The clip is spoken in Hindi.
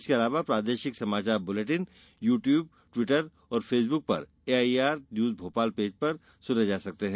इसके अलावा प्रादेशिक समाचार बुलेटिन यू ट्यूब ट्विटर और फेसबुक पर एआईआर न्यूज भोपाल पेज पर सुने जा सकते हैं